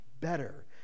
better